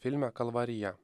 filme kalvarija